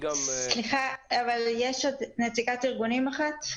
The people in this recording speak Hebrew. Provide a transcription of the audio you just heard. סליחה, אבל יש עוד נציגת ארגונים אחת.